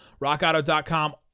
Rockauto.com